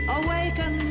awaken